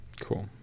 Cool